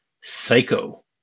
Psycho